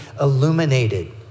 illuminated